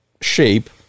shape